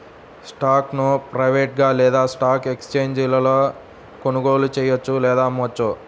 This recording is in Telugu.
స్టాక్ను ప్రైవేట్గా లేదా స్టాక్ ఎక్స్ఛేంజీలలో కొనుగోలు చెయ్యొచ్చు లేదా అమ్మొచ్చు